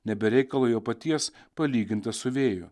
ne be reikalo jo paties palyginta su vėju